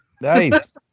Nice